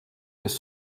kes